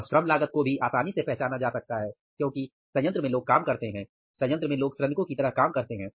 और श्रम लागत को भी आसानी से पहचाना जा सकता है क्योंकि संयंत्र में लोग काम करते हैं संयंत्र में लोग श्रमिकों की तरह काम करते हैं